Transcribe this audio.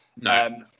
No